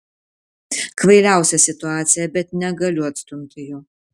kvailiausia situacija bet negaliu atstumti jo